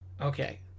Okay